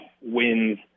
wins